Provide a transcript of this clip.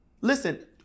Listen